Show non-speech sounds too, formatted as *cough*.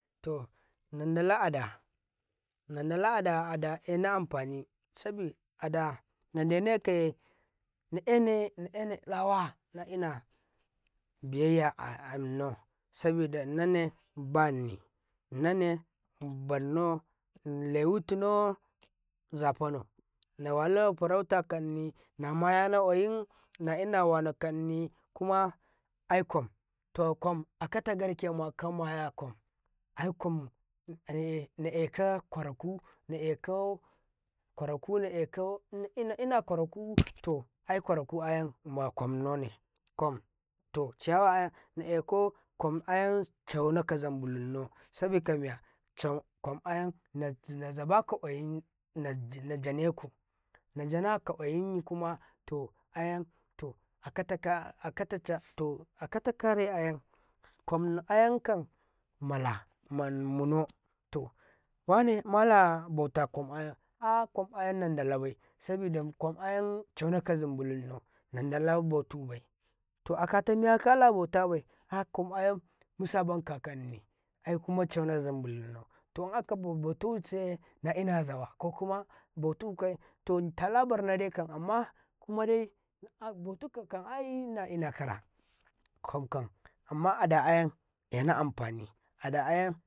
﻿to nan dala ada nan dala ada ada ena amfani sabi ada nendenekayena enaya lawana ena biyayya annau sabi da nane bani nane bannau lewutunau zafanau nawala farau takanni amma ƙyana ƙwayin na ina wana kanni kuma aiƙwam to ƙwam akata garkema ma yaƙwam diƙwam na eka ƙwaraku na eka ƙwaraku to aiƙwa *noise* raku ayan maƙwam nane ƙwarta ai yawa ayan na eko ƙwan ayan cauna kazumbulunau sabiko miya cauƙwam ayan naza baka najana koƙwa yinkuma to aya to ayan akata kaya akata kare ayan ƙwam ayankan malamama munau to wane mala bauta aya ah ƙwam ayan nandala bai sabi da ayan cauna kazim bilinau nan dala bau tubai to akata miya kala bau tabai ta ayan musaban kannicikuma cauna zimbi linnau tu in aka bau tusukaye na ina zawa kokuma bautu kaye alabarnade kam to amma kumadai ai bautu kakan ai namaka ra ƙwam ƙwam amma ada ayan ƙena am fani ada ayan.